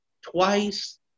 twice